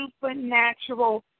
supernatural